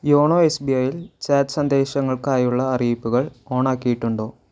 YONO S B I യിൽ chat സന്ദേശങ്ങൾക്കായുള്ള അറിയിപ്പുകൾ ഓണ് ആക്കിയിട്ടുണ്ടോ